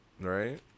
Right